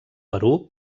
perú